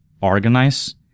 organize